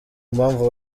mpamvu